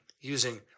using